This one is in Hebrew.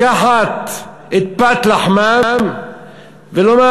לקחת את פת לחמם ולומר,